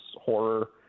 horror